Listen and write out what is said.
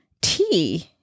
tea